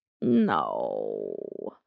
No